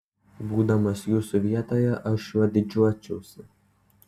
būdamas jūsų vietoje aš juo didžiuočiausi